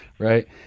Right